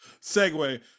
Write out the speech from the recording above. segue